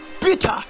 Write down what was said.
Peter